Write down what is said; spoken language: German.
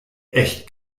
echt